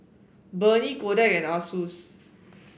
Burnie Kodak and Asus